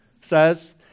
says